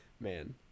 man